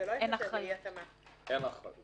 אין אחריות.